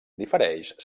difereix